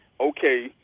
Okay